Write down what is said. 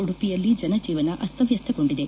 ಉಡುಪಿಯಲ್ಲಿ ಜನಜೀವನ ಅಸ್ತವ್ವಸ್ತಗೊಂಡಿದೆ